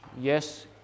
yes